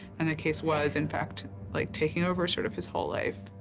and the case was in fact like taking over sort of his whole life.